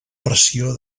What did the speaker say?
pressió